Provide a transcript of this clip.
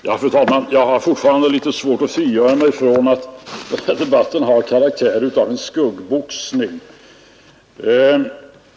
Fru talman! Jag har fortfarande litet svårt att frigöra mig från att debatten har karaktär av en skuggboxning.